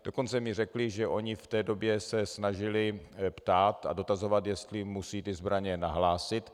Dokonce mi řekli, že oni se v té době snažili ptát a dotazovat, jestli musí zbraně nahlásit.